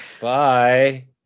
Bye